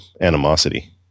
animosity